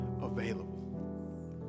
available